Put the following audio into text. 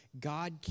God